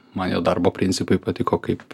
man jo darbo principai patiko kaip